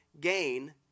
gain